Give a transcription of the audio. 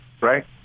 right